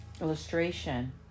illustration